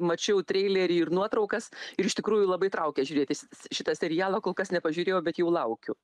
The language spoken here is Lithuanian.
mačiau treilerį ir nuotraukas ir iš tikrųjų labai traukia žiūrėti si s šitą serialą kol kas nepažiūrėjau bet jau laukiu